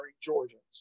Georgians